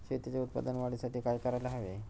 शेतीच्या उत्पादन वाढीसाठी काय करायला हवे?